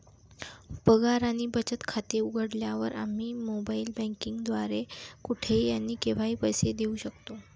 पगार आणि बचत खाते उघडल्यावर, आम्ही मोबाइल बँकिंग द्वारे कुठेही आणि केव्हाही पैसे देऊ शकतो